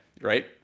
right